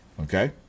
okay